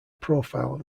profile